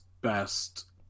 best